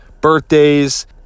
birthdays